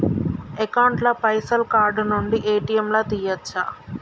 Account ల పైసల్ card నుండి ఏ.టి.ఎమ్ లా తియ్యచ్చా?